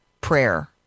prayer